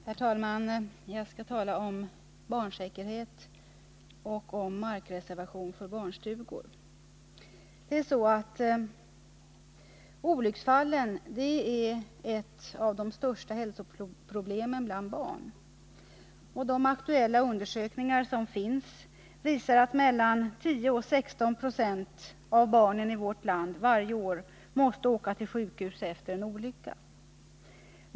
Herr talman! Jag skall tala om barnsäkerhet och markreservation för barnstugor. Olycksfallen är ett av de största hälsoproblemen bland barn. Aktuella undersökningar visar-att mellan 10 och 16 96 av barnen i vårt land varje år måste åka till sjukhus efter en olycka.